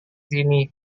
sini